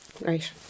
right